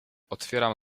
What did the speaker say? otwieram